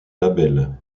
label